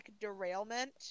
derailment